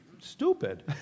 stupid